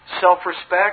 self-respect